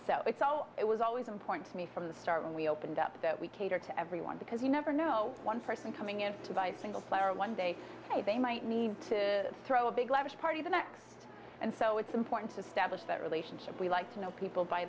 so it was always important to me from the start when we opened up that we cater to everyone because you never know one person coming in to buy a single platter one day they might need to throw a big lavish party the next and so it's important to establish that relationship we like to know people by